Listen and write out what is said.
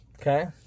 Okay